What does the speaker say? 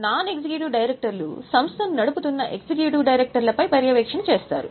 non executive డైరెక్టర్లు సంస్థను నడుపుతున్న ఎగ్జిక్యూటివ్ డైరెక్టర్లపై పర్యవేక్షణ చేస్తారు